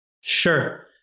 Sure